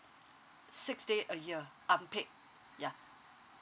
six day a year unpaid yeah